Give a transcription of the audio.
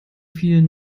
vielen